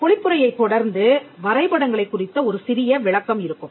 பொழிப்புரையைத் தொடர்ந்து வரைபடங்களைக் குறித்த ஒரு சிறிய விளக்கம் இருக்கும்